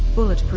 bulletproof